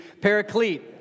paraclete